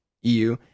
.eu